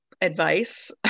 advice